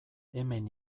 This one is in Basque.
hemen